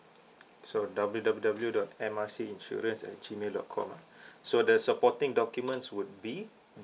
so W W W dot M R C insurance at gmail dot com ah so the supporting documents would be